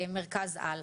מרכז על,